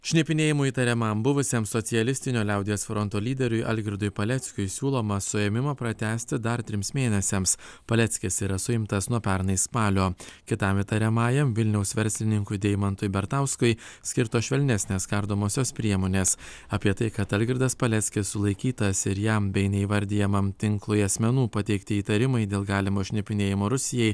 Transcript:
šnipinėjimu įtariamam buvusiam socialistinio liaudies fronto lyderiui algirdui paleckiui siūloma suėmimą pratęsti dar trims mėnesiams paleckis yra suimtas nuo pernai spalio kitam įtariamajam vilniaus verslininkui deimantui bertauskui skirtos švelnesnės kardomosios priemonės apie tai kad algirdas paleckis sulaikytas ir jam bei neįvardijamam tinklui asmenų pateikti įtarimai dėl galimo šnipinėjimo rusijai